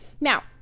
Now